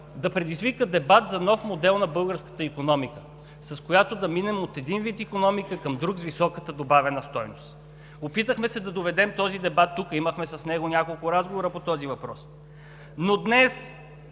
да предизвика дебат за нов модел на българската икономика, с която да минем от един вид икономика към друг – с високата добавена стойност. Опитахме се да доведем този дебат тук, имахме с него няколко разговора по този въпрос, но днес